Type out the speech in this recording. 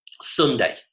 Sunday